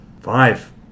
Five